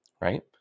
right